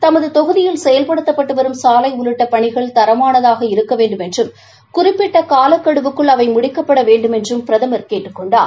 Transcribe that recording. தமது தொகுதியில் செயல்படுத்தப்பட்டு வரும் சாலை உள்ளிட்ட பணிகள் தரமானதாக இருக்க வேண்டுமென்றும் குறிப்பிட்ட காலக்கெடுவுக்குள் அவற்றை முடிக்கப்பட வேண்டுமென்றும் பிரதமர் கேட்டுக் கொண்டார்